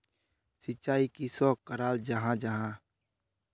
सिंचाई किसोक कराल जाहा जाहा?